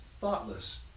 thoughtless